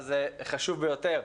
אבל זה חשוב ביותר.